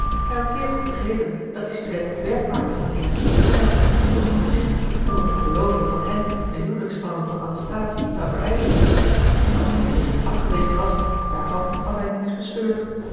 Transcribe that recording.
hij had zeer goed begrepen dat die student werk maakte van lina en hij had dit met genoegen gezien omdat eene verloving van hen de huwelijksplannen van anasthase zou verijdelen dat deze reeds afgewezen was daarvan had hij niets bespeurd